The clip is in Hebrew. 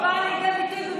בא לידי ביטוי במלואה,